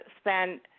spend